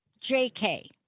JK